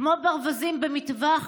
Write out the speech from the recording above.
כמו ברווזים במטווח,